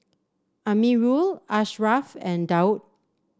Amirul Ashraf and Daud